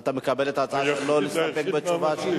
אתה מקבל את ההצעה שלו להסתפק בתשובה שלו?